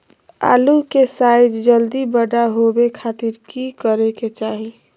आलू के साइज जल्दी बड़ा होबे खातिर की करे के चाही?